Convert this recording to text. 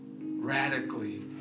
Radically